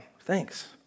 Thanks